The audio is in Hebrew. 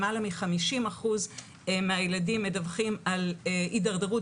למעלה מ-50% מהילדים מדווחים על התדרדרות